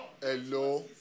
hello